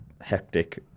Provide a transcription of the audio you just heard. hectic